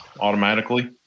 automatically